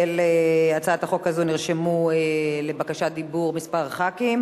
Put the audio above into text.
להצעת החוק הזו נרשמו לבקשת דיבור כמה חברי כנסת.